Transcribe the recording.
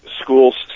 schools